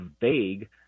vague